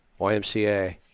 YMCA